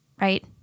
right